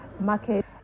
market